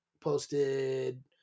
posted